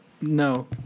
no